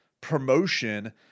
promotion